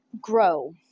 grow